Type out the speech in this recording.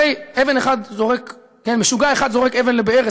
אחרי שמשוגע אחד שזורק אבן לבאר,